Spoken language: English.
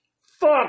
Fuck